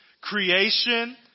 Creation